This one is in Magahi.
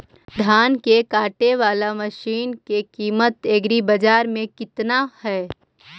धान काटे बाला मशिन के किमत एग्रीबाजार मे कितना है?